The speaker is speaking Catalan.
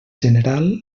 general